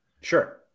Sure